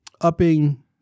upping